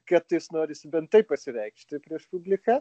kartais norisi bent taip pasireikšti prieš publiką